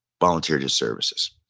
volunteered his services.